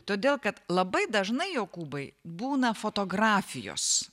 todėl kad labai dažnai jokūbai būna fotografijos